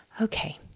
okay